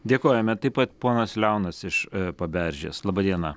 dėkojame taip pat ponas leonas iš paberžės laba diena